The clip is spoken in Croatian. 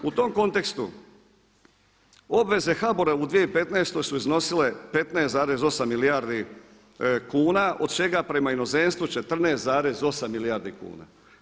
U tom kontekstu obveze HBOR-a u 2015. su iznosile 15,8 milijardi kuna od čega prema inozemstvu 14,8 milijardi kuna.